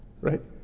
Right